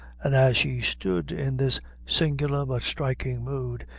and, as she stood in this singular but striking mood,